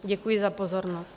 Děkuji za pozornost.